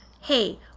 Hey